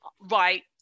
right